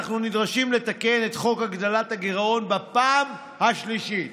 אנחנו נדרשים לתקן את חוק הגדלת הגירעון בפעם השלישית.